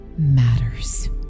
matters